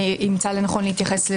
דבי תופסת מיקרופון,